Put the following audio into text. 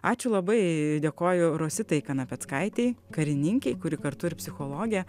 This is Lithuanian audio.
ačiū labai dėkoju rositai kanapeckaitei karininkei kuri kartu ir psichologė